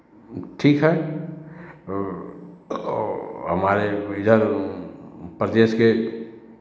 ठीक है वो हमारे इधर प्रदेश के